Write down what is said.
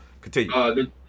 Continue